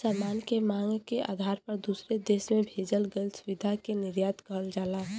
सामान के मांग के आधार पर दूसरे देश में भेजल गइल सुविधा के निर्यात कहल जाला